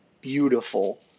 beautiful